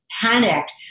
panicked